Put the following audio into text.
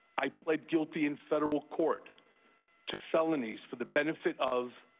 i pled guilty in federal court to felonies for the benefit of,